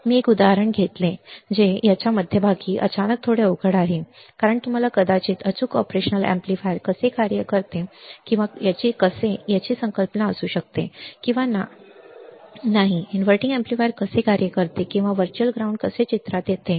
मी एक उदाहरण घेतले जे याच्या मध्यभागी अचानक थोडे अवघड आहे कारण तुम्हाला कदाचित अचूक ऑपरेशनल एम्पलीफायर कसे कार्य करते किंवा कसे याची कल्पना असू शकते किंवा नाही इनव्हर्टिंग एम्पलीफायर कसे कार्य करते किंवा व्हर्च्युअल ग्राउंड्स चित्रात कसे येतात